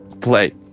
play